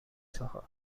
چهار